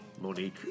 Monique